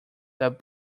that